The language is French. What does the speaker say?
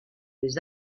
les